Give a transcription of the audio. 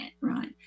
right